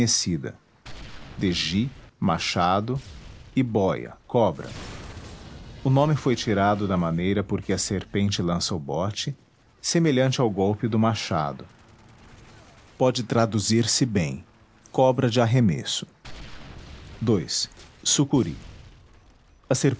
gi machado e boia cobra o nome foi tirado da maneira por que a serpente lança o bote semelhante ao golpe do machado pode traduzir se bem cobra de arremesso ii sucuri